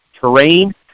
Terrain